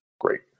great